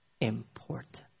important